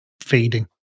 feeding